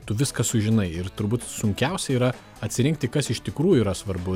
tu viską sužinai ir turbūt sunkiausia yra atsirinkti kas iš tikrųjų yra svarbu